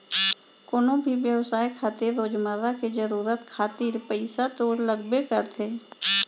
कोनो भी बेवसाय खातिर रोजमर्रा के जरुरत खातिर पइसा तो लगबे करथे